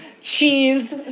cheese